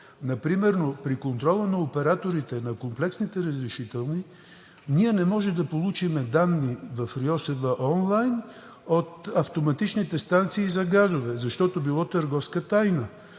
Например при контрола на операторите на комплексните разрешителни ние не можем да получим данни в РИОСВ онлайн от автоматичните станции за газове, защото било търговска тайна.